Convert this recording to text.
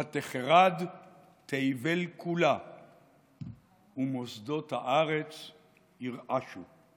ותחרד תבל כולה ומוסדות הארץ ירעשו.